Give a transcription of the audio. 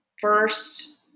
first